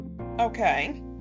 Okay